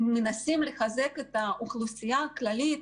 מנסים לחזק את האוכלוסייה הכללית,